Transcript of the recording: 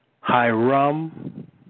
Hiram